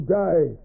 die